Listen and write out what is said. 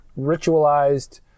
ritualized